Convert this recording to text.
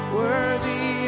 worthy